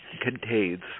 contains